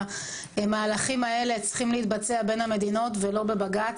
המהלכים האלה צריכים להתבצע בין המדינות ולא בבג"ץ,